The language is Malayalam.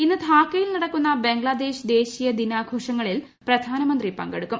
ഇന്ന് പ്ലാക്കിയിൽ നടക്കുന്ന ബംഗ്ലാദേശ് ദേശീയ ദിനാഘോഷ്ങ്ങളിൽ പ്രധാനമന്ത്രി പങ്കെടുക്കും